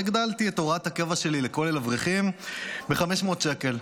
הגדלתי את הוראת הקבע שלי לכולל אברכים ב-500 שקל.